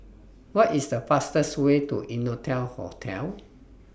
What IS The fastest Way to Innotel Hotel